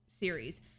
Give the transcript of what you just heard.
series